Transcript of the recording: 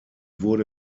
wurde